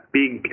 big